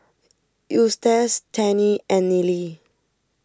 Eustace Tennie and Nealie